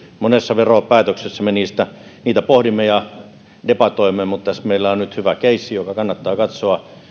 monessa veropäätöksessä me niitä pohdimme ja debatoimme mutta meillä on nyt hyvä keissi joka kannattaa katsoa